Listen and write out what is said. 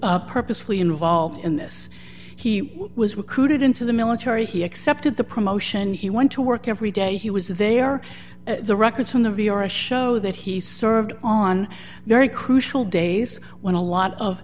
purposefully involved in this he was recruited into the military he accepted the promotion he went to work every day he was there the records from the v a or a show that he served on very crucial days when a lot of